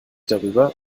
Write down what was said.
darüber